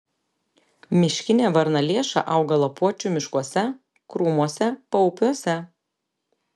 miškinė varnalėša auga lapuočių miškuose krūmuose paupiuose